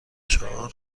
چهار